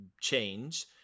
change